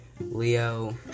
leo